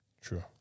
true